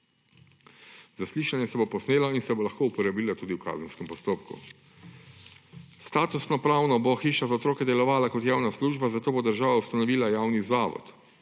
Zaslišanje se bo posnelo in se bo lahko uporabilo tudi v kazenskem postopku. Statusnopravno bo hiša za otroke delovala kot javna služba, zato bo država ustanovila javni zavod.